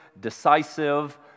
decisive